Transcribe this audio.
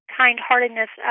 kind-heartedness